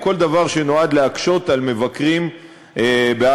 או כל דבר שנועד להקשות על מבקרים בהר-הבית.